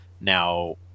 now